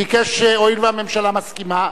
הואיל והממשלה מסכימה,